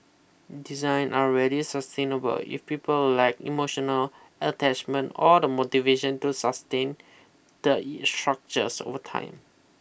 design are rarely sustainable if people lack emotional attachment or the motivation to sustain the structures over time